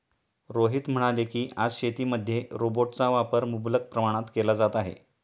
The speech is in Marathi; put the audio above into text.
रोहित म्हणाले की, आज शेतीमध्ये रोबोटचा वापर मुबलक प्रमाणात केला जात आहे